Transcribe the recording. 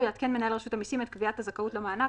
יעדכן מנהל רשות המסים את קביעת הזכאות למענק,